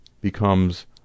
becomes